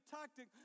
tactic